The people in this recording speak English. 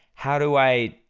how do i,